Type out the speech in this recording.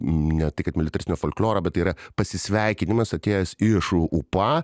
ne tai kad militaristinio folkloro bet yra pasisveikinimas atėjęs iš ūpa